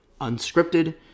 unscripted